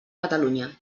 catalunya